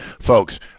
Folks